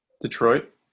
Detroit